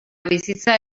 bizitza